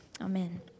Amen